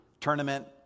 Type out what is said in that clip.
tournament